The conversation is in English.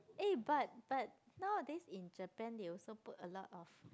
eh but but nowadays in Japan they also put a lot of